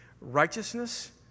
Righteousness